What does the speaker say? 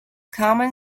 common